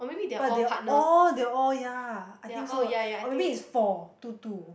but their all they all ya I think so or maybe is for two two